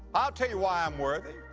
i'll tell you why i'm worthy.